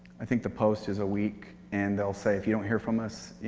i think the post is a week, and they'll say if you don't hear from us,